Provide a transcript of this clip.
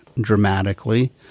dramatically